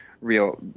real